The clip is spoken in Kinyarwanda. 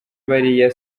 bariya